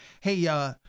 Hey